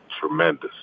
Tremendous